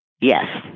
Yes